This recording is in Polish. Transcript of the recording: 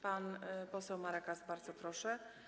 Pan poseł Marek Ast, bardzo proszę.